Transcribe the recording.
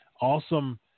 awesome